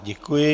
Děkuji.